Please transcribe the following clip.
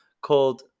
called